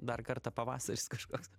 dar kartą pavasaris kažkoks